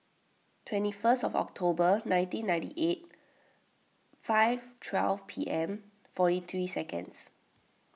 twenty first of October nineteen ninety eight five twelve P M forty three seconds